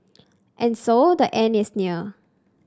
and so the end is near